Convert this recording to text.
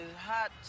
hot